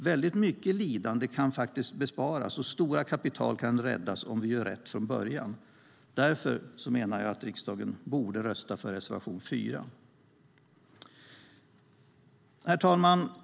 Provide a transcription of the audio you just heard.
Väldigt mycket lidande kan besparas, och stora kapital kan räddas om vi gör rätt från början. Därför menar jag att riksdagen borde rösta för reservation 4. Herr talman!